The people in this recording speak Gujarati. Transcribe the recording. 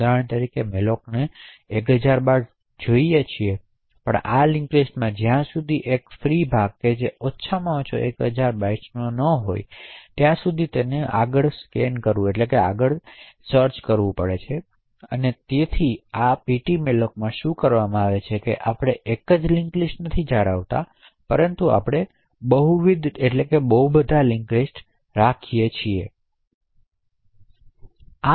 ઉદાહરણ માટે mallocને 1000 બાઇટ્સ જોઇયે છીયે પછી આ લિંક લિસ્ટમાં જ્યાં સુધી એક ફ્રી ભાગ જે ઓછામાં ઓછા 1000 બાયટ્સ નો હોય તે ન મળે ત્યાં સુધી આગડ વધવામાં આવે છે અને તેથી આ ptmalloc માં શું કરવામાં આવે છે કે આપણે માત્ર એક લિંક લિસ્ટજાળવતા નથી પરંતુ આપણે બહુવિધ લિંક લિસ્ટ રાખીએ છીયે